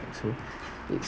so it's